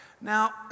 now